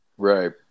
Right